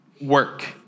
work